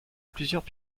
plusieurs